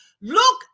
Look